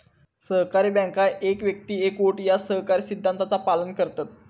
सहकारी बँका एक व्यक्ती एक वोट या सहकारी सिद्धांताचा पालन करतत